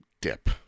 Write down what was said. dip